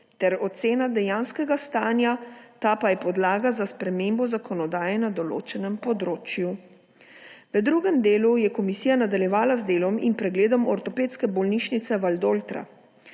ter ocena dejanskega stanja, ta pa je podlaga za spremembo zakonodaje na določenem področju. V drugem delu je komisija nadaljevala z delom in pregledom Ortopedske bolnišnice Valdoltra,